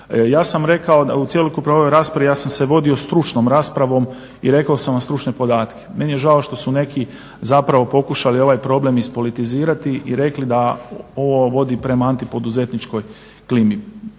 Ja sam rekao u cjelokupnoj ovoj raspravi ja sam se vodio stručnom raspravom i rekao sam vam stručne podatke. Meni je žao što su neki zapravo pokušali ovaj problem ispolitizirati i rekli da ovo vodi prema antipoduzetničkoj klimi.